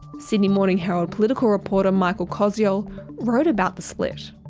sydney morning herald political reporter michael koziol wrote about the split.